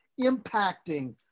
impacting